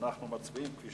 אנחנו מצביעים כפי